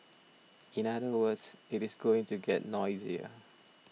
in other words it is going to get noisier